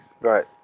right